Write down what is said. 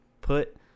Put